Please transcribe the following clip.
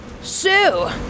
Sue